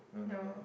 no